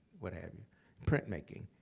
what have you printmaking.